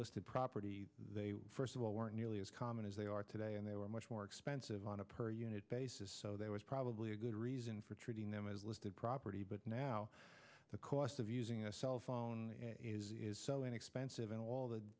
listed property they first of all weren't nearly as common as they are today and they were much more expensive on a per unit basis so there was probably a good reason for treating them as listed property but now the cost of using a cell phone is so inexpensive and all th